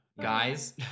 Guys